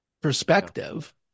perspective